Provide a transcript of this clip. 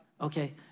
Okay